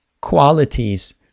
qualities